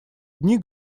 дни